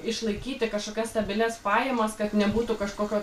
išlaikyti kažkokias stabilias pajamas kad nebūtų kažkokio